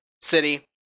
city